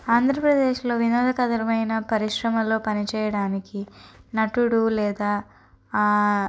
ఆంధ్రప్రదేశ్లో వినోదకరమైన పరిశ్రమలో పని చేయడానికి నటుడు లేదా